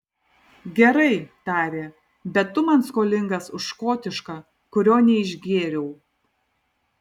gerai tarė bet tu man skolingas už škotišką kurio neišgėriau